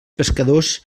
pescadors